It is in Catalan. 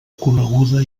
coneguda